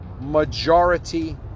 majority